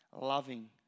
loving